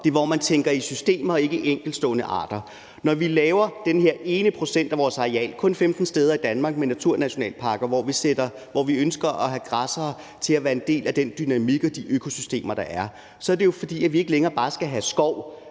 er der, hvor man tænker i systemer og ikke i enkeltstående arter. Når vi laver de her naturnationalparker på 1 pct. af vores areal kun 15 steder i Danmark, hvor vi ønsker at have græssere til at være en del af den dynamik og de økosystemer, der er, så er det jo, fordi vi ikke længere bare skal have skov